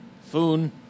Foon